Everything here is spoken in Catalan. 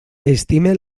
estime